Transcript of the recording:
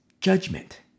judgment